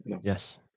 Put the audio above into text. Yes